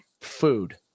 food